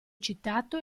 citato